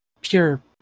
pure